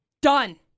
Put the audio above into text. Done